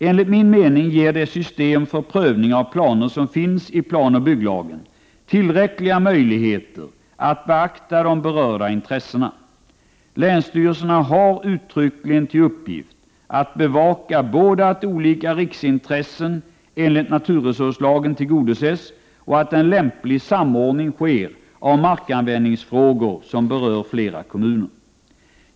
Enligt min mening ger det system för prövning av planer som finns i planoch bygglagen tillräckliga möjligheter att beakta berörda intressen. Länsstyrelserna har uttryckligen till uppgift att bevaka både att olika riksintressen enligt naturresurslagen tillgodoses och att en lämplig samordning sker av markanvändningsfrågor som berör flera kommuner.